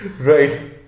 Right